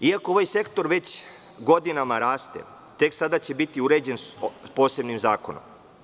Iako ovaj sektor već godinama raste, tek sada će biti uređen posebnim zakonom.